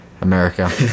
America